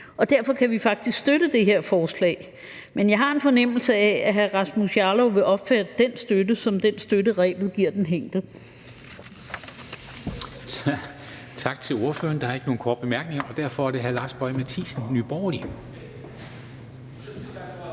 og derfor kan vi faktisk støtte det her forslag. Men jeg har en fornemmelse af, at hr. Rasmus Jarlov vil opfatte den støtte som den støtte, rebet giver den hængte.